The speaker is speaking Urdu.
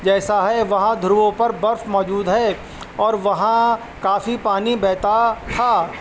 جیسا ہے وہاں دھروؤ پر برف موجود ہے اور وہاں کافی پانی بہتا تھا